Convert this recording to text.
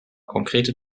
konkrete